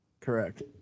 Correct